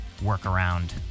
Workaround